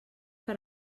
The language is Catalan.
per